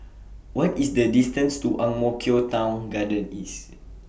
What IS The distance to Ang Mo Kio Town Garden East